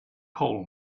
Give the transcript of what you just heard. call